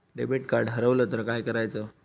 Debit card हरवल तर काय करायच?